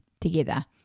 together